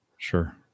Sure